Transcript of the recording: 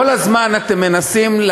כל הזמן אתם מנסים,